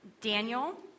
Daniel